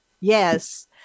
Yes